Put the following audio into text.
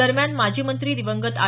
दरम्यान माजी मंत्री दिवंगत आर